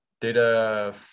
data